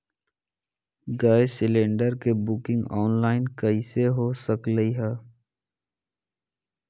Gas cylinder के booking online कईसे हो सकलई ह?